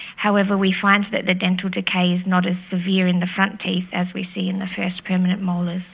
however we find that the dental decay is not as severe in the front teeth as we see in the first permanent molars.